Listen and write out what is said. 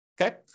Okay